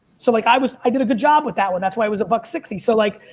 so like i was, i did a good job with that one. that's why it was a buck sixty. so like,